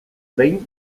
behin